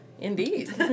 Indeed